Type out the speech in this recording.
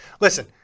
Listen